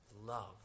love